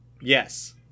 Yes